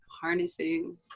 harnessing